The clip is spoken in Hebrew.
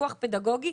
בפיקוח פדגוגי?